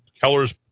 keller's